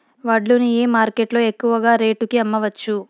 వడ్లు ని ఏ మార్కెట్ లో ఎక్కువగా రేటు కి అమ్మవచ్చు?